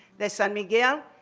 that's san miguel,